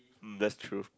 mm that's true